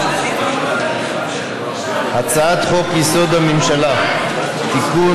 הצעת חוק-יסוד: הממשלה (תיקון,